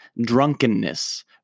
drunkenness